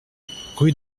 rue